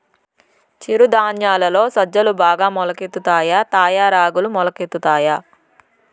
చిరు ధాన్యాలలో సజ్జలు బాగా మొలకెత్తుతాయా తాయా రాగులు మొలకెత్తుతాయా